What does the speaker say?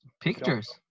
pictures